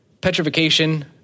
Petrification